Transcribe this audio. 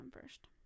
first